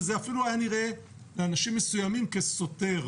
וזה אפילו היה נראה לאנשים מסוימים כסותר,